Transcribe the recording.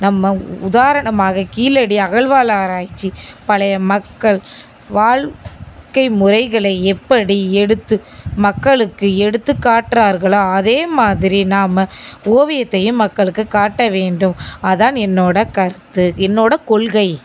நம்ம உதாரணமாக கீழடி அகழ்வராய்ச்சி பழைய மக்கள் வாழ்க்கை முறைகளை எப்படி எடுத்து மக்களுக்கு எடுத்து காட்டுறார்களோ அதே மாதிரி நாம் ஓவியத்தையும் மக்களுக்கு காட்ட வேண்டும் அதான் என்னோட கருத்து என்னோட கொள்கை